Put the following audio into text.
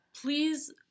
please